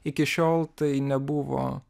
iki šiol tai nebuvo